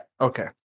okay